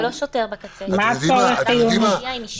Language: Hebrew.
זה לא שוטר בקצה, הוא מגיע עם אישור שהוא קיבל.